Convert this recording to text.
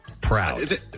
Proud